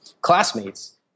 classmates